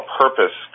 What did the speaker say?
purpose